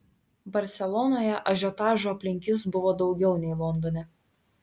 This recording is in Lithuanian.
barselonoje ažiotažo aplink jus buvo daugiau nei londone